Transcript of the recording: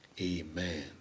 amen